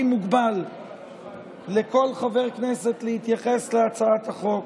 מוגבל לכל חבר כנסת להתייחס להצעת החוק.